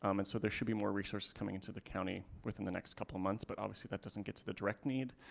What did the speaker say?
um and so there should be more resources coming into the county within the next couple of months. but obviously that doesn't get to the direct need.